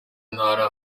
ntara